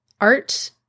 art